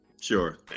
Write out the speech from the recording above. sure